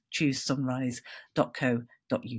choosesunrise.co.uk